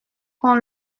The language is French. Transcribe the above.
qu’on